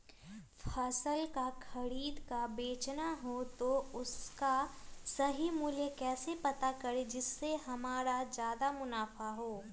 फल का खरीद का बेचना हो तो उसका सही मूल्य कैसे पता करें जिससे हमारा ज्याद मुनाफा हो?